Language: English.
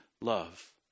love